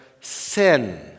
sin